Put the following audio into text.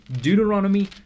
Deuteronomy